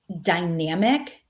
dynamic